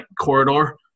corridor